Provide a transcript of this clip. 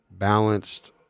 balanced